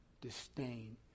disdain